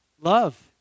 Love